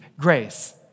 grace